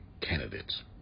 candidates